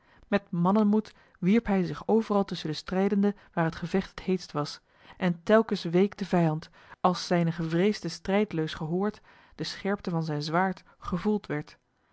met mannenmoed wierp hij zich overal tusschen de strijdenden waar het gevecht het heetst was en telkens week de vijand als zijne gevreesde strijdleus gehoord de scherpte van zijn zwaard gevoeld werd